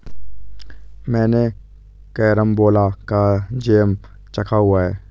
मैंने कैरमबोला का जैम चखा हुआ है